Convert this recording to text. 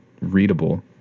readable